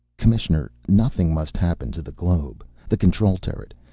commissioner, nothing must happen to the globe. the control turret.